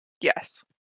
Yes